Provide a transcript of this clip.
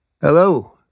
Hello